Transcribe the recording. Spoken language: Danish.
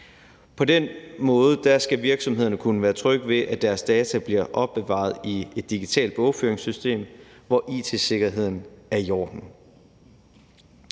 På den måde skal virksomhederne kunne være trygge ved, at deres data bliver opbevaret i et digitalt bogføringssystem, hvor it-sikkerheden er i orden.